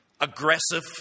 aggressive